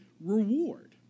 reward